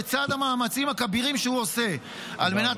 לצד המאמצים הכבירים שהוא עושה על מנת